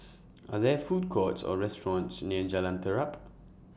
Are There Food Courts Or restaurants near Jalan Terap